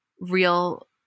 real